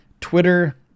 Twitter